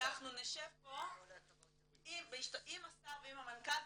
אנחנו נשב פה עם השר ועם המנכ"ל,